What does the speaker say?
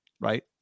right